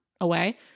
away